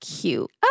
cute